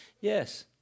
Yes